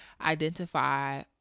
identify